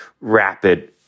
rapid